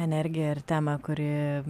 energija ir tema kuri